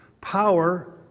power